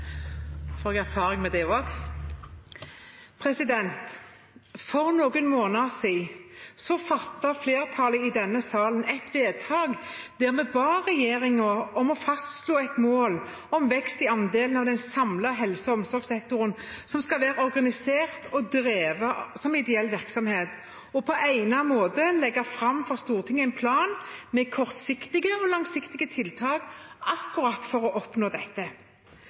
fastslå et mål om vekst i andelen av den samlede helse- og omsorgssektoren som skal være organisert og drevet som ideell virksomhet, og på egnet måte legge fram for Stortinget en plan med kortsiktige og langsiktige tiltak for å oppnå dette.